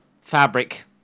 fabric